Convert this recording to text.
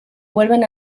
vuelven